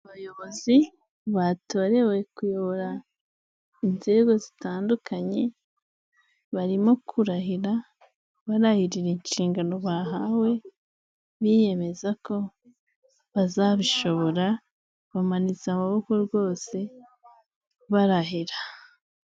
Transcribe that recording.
Abayobozi batorewe kuyobora inzego zitandukanye, barimo kurahira barahirira inshingano bahawe, biyemeza ko bazabishobora, bamaniza amaboko rwose barahira.